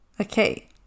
Okay